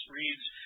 reads